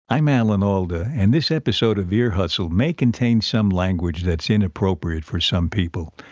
i'm alan alda, and this episode of ear hustle may contain some language that's inappropriate for some people,